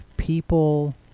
People